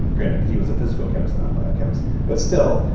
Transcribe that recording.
granted, he was a physical chemist not bio chemist but still.